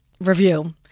review